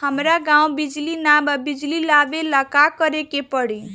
हमरा गॉव बिजली न बा बिजली लाबे ला का करे के पड़ी?